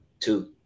two